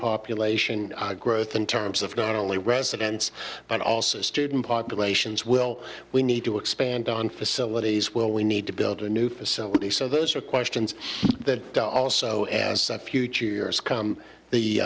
population growth in terms of not only residents but also student populations will we need to expand on facilities will we need to build a new facility so those are questions that also as such future years come the